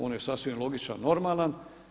On je sasvim logičan, normalan.